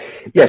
yes